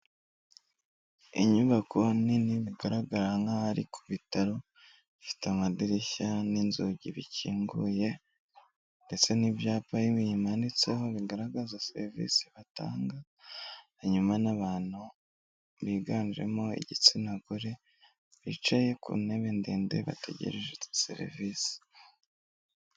Inyubako nini bigaragara nkaho ari kubitaro ifite amadirishya n'inzugi bikinguye, ndetse n'ibyapa biyimanitseho bigaragaza serivise batanga. Hanyuma n'abantu biganjemo igitsina gore bicaye ku ntebe ndende bategereje seivise.